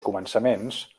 començaments